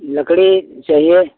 लकड़ी चाहिए